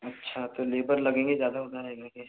अच्छा तो लेबर लगेंगे ज़्यादा उधर रहने के